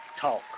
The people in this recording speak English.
Talk